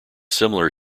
similar